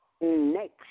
next